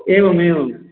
एवम् एवम्